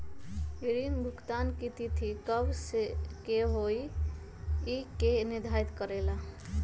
ऋण भुगतान की तिथि कव के होई इ के निर्धारित करेला?